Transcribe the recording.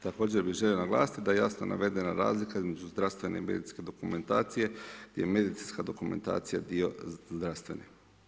Također bih želio naglasiti da je jasno navedena razlika između zdravstvene i medicinske dokumentacije, gdje je medicinska dokumentacija dio zdravstvene.